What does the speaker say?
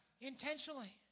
intentionally